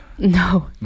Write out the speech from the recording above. No